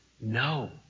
no